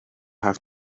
have